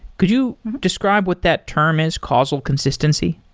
could you describe what that term is, causal consistency?